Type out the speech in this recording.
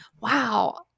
wow